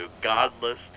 godless